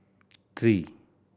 three